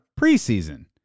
preseason